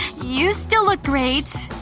you still look great,